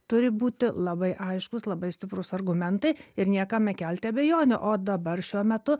turi būti labai aiškūs labai stiprūs argumentai ir niekam nekelti abejonių o dabar šiuo metu